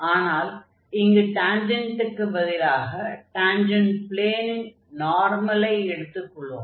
ஆனால் இங்கு டான்ஜென்டுக்கு பதிலாக டான்ஜென்ட் ப்ளேனின் நார்மலை எடுத்துக் கொள்வோம்